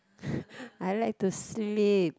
I like to sleep